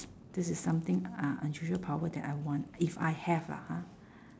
this is something uh unusual power that I want if I have lah ha